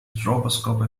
stroboscope